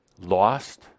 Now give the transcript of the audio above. lost